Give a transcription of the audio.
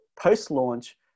post-launch